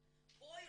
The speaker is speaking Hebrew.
כיעד.